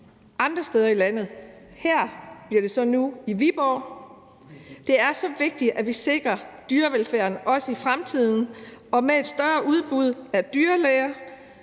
andre steder i landet. Her bliver det så nu i Viborg. Det er så vigtigt, at vi sikrer dyrevelfærden, også i fremtiden, og med et større udbud af dyrlæger